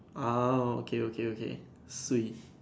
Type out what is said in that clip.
ah okay okay okay swee